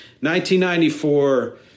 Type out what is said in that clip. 1994